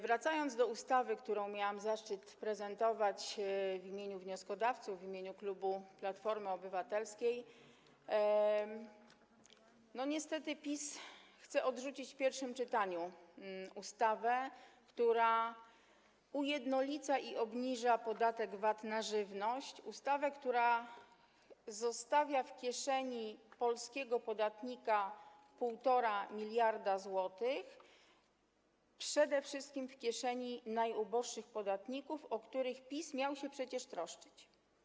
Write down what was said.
Wracając do ustawy, którą miałam zaszczyt prezentować w imieniu wnioskodawców, w imieniu klubu Platformy Obywatelskiej, chcę powiedzieć, że niestety PiS chce odrzucić w pierwszym czytaniu ustawę, która ujednolica i obniża podatek VAT na żywność, ustawę, która zostawia w kieszeni polskiego podatnika 1,5 mld zł, przede wszystkim w kieszeni najuboższych podatników, o których PiS miał się przecież troszczyć.